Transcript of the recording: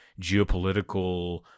geopolitical